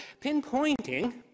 pinpointing